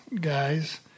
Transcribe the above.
guys